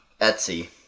Etsy